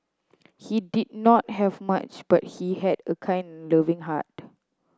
he did not have much but he had a kind loving heart